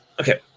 Okay